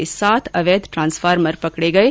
के सात अवैध ट्रांसफार्मर पकड़े गये